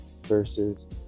versus